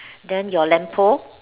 then your lamp post